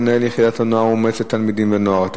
הנוער ומועצת תלמידים ונוער),